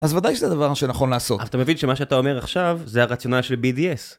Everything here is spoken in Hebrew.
אז ודאי שזה דבר שנכון לעשות. אז אתה מבין שמה שאתה אומר עכשיו זה הרציונל של BDS.